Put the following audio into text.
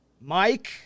Mike